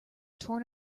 torn